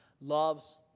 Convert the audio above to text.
loves